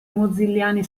mozilliani